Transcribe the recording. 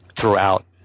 throughout